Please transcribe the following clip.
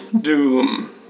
Doom